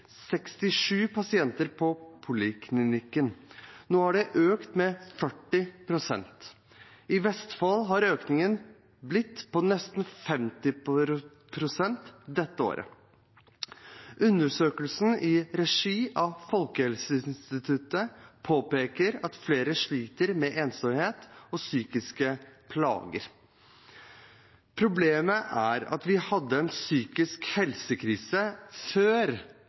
67 pasienter på poliklinikken i 2018. Nå har antallet økt med 40 pst. I Vestfold har økningen vært på nesten 50 pst. dette året. En undersøkelse i regi av Folkehelseinstituttet viser at flere sliter med ensomhet og psykiske plager. Problemet er at vi hadde en psykisk helsekrise før